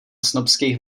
snobskejch